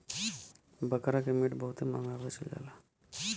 बकरा के मीट बहुते महंगा बेचल जाला